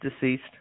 deceased